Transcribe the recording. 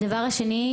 הדבר השני,